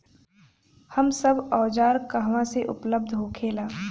यह सब औजार कहवा से उपलब्ध होखेला?